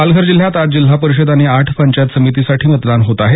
पालघर जिल्ह्यात आज जिल्हा परिषद आणि आठ पंचायत समितींसाठी मतदान होत आहे